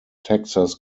texas